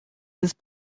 his